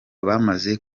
bamaze